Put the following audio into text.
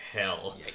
hell